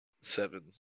seven